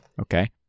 Okay